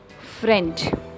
friend